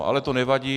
Ale to nevadí.